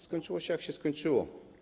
Skończyło się, jak się skończyło.